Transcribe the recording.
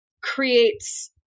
creates